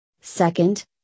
Second